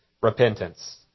repentance